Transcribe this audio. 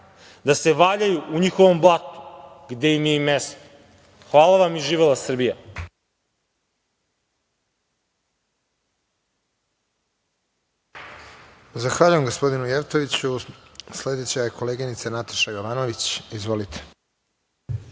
da se valjaju u njihovom blatu gde im je i mesto. Hvala vam, i živela Srbija.